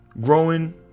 Growing